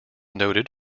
noted